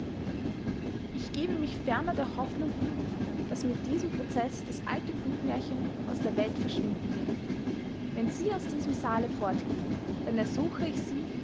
ich gebe mich ferner der hoffnung hin daß mit diesem prozeß das alte blutmärchen aus der welt verschwinden wird wenn sie aus diesem saale fortgehen dann ersuche ich sie